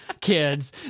kids